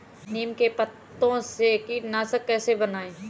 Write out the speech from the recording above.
नीम के पत्तों से कीटनाशक कैसे बनाएँ?